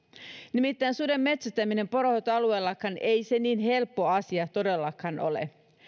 nimittäin ei suden metsästäminen poronhoitoalueellakaan niin helppo asia todellakaan ole